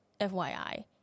FYI